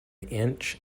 inch